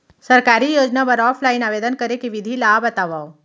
सरकारी योजना बर ऑफलाइन आवेदन करे के विधि ला बतावव